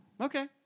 Okay